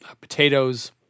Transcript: potatoes